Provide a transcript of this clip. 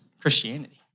Christianity